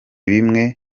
bimwe